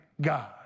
God